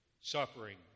suffering